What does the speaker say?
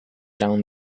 down